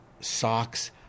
socks